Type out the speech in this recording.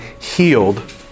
healed